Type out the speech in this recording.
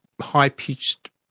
high-pitched